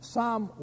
Psalm